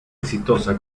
exitosa